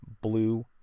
blue